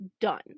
done